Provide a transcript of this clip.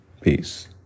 peace